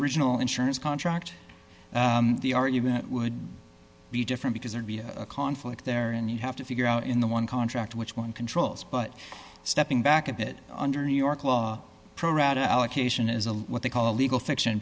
original insurance contract the argument would be different because there'd be a conflict there and you have to figure out in the one contract which one controls but stepping back a bit under new york law pro rata allocation is a what they call a legal fiction